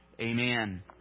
Amen